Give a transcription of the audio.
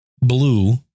blue